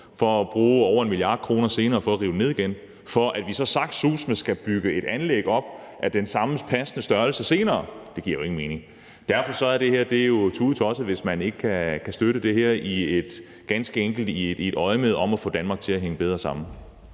at bruge over 1 mia. kr. på at rive det ned igen, for at vi så saftsuseme skal bygge et anlæg op af den samme passende størrelse senere. Det giver ingen mening. Derfor er det jo tudetosset, hvis man ikke kan støtte det her, for det er ganske enkelt i det øjemed at få Danmark til at hænge bedre sammen.